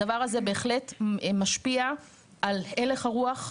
הדבר הזה בהחלט משפיע על הלך הרוח,